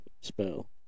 spell